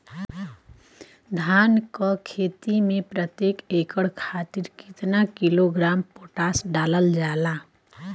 धान क खेती में प्रत्येक एकड़ खातिर कितना किलोग्राम पोटाश डालल जाला?